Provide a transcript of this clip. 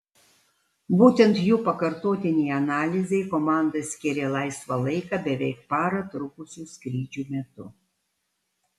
būtent jų pakartotinei analizei komanda skyrė laisvą laiką beveik parą trukusių skrydžių metu